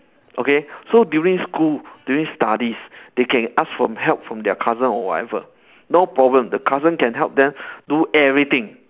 okay so during school during studies they can ask for help from their cousin or whatever no problem the cousin can help them do everything